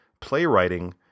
Playwriting